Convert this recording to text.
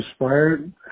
inspired